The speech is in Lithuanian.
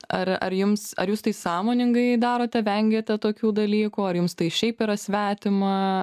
ar ar jums ar jūs tai sąmoningai darote vengiate tokių dalykų ar jums tai šiaip yra svetima